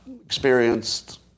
experienced